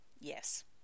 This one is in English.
Yes